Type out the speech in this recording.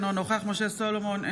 אינו נוכח משה סולומון,